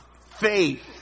faith